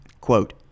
Quote